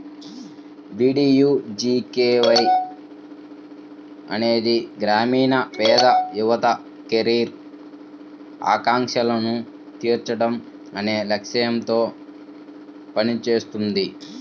DDUGKY అనేది గ్రామీణ పేద యువత కెరీర్ ఆకాంక్షలను తీర్చడం అనే లక్ష్యాలతో పనిచేస్తుంది